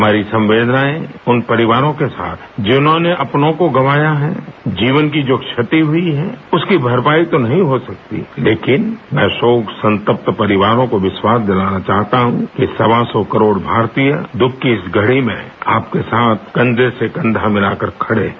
हमारी संवेदनाएँ उन परिवारों के साथ हैं जिन्होंने अपनों को गँवाया है जीवन की जो क्षति हुई है उसकी भरपाई तो नहीं हो सकती लेकिन मैं शोक संतप्त परिवारों को विश्वास दिलाना चाहता हूँ कि सवा सौ करोड़ भारतीय दुःख की इस घड़ी में आपके साथ कन्धे से कन्धा मिलाकर खड़े हैं